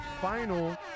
Final